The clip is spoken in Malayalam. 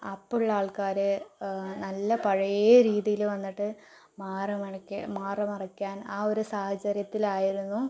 അപ്പോൾ ഉള്ള ആൾക്കാര് നല്ല പഴയ രീതിയിൽ വന്നിട്ട് മാറി മറയ്ക്കാൻ മാറു മറയ്ക്കാൻ ആ ഒരു സാഹചര്യത്തിലായിരുന്നു